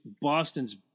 Boston's